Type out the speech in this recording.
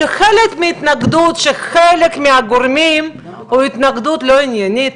שחלק מההתנגדות של חלק מהגורמים היא התנגדות לא עניינית,